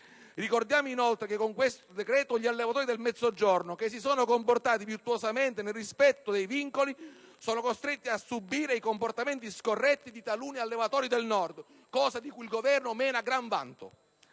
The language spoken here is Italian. Ricordiamo, inoltre, che con quel decreto-legge gli allevatori del Mezzogiorno, che si sono comportati virtuosamente e nel rispetto dei vincoli, sono costretti a subire i comportamenti scorretti di taluni allevatori del Nord, cosa di cui il Governo mena gran vanto.